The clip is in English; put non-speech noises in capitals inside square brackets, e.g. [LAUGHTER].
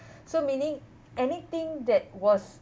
[BREATH] so meaning anything that was